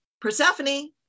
Persephone